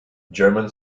german